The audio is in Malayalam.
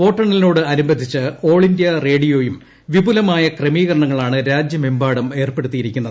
വോട്ടെണ്ണലിനോടനുബന്ധിച്ച് ഓൾ ഇന്ത്യ റേഡിയോയും വിപുലമായ ക്രമീകരണങ്ങളാണ് രാജ്യമെമ്പാടും ഏർപ്പെടുത്തിയിരിക്കുന്നത്